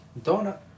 Donut